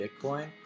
Bitcoin